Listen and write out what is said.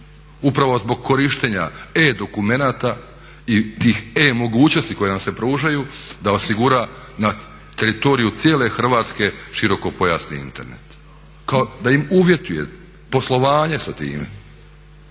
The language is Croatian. upravo zbog korištenja e-dokumenata i tih e mogućnosti koje nam se pružaju da osigura na teritoriju cijele Hrvatske širokopojasni Internet, da im uvjetuje poslovanje sa time.